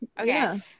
okay